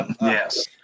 Yes